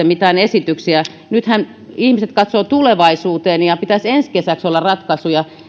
mitään esityksiä nythän ihmiset katsovat tulevaisuuteen ja pitäisi ensi kesäksi olla ratkaisuja